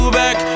back